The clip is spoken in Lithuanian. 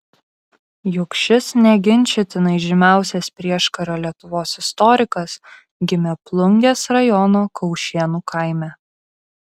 juk šis neginčytinai žymiausias prieškario lietuvos istorikas gimė plungės rajono kaušėnų kaime